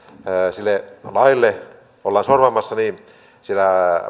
sille laille sorvaamassa niin sillä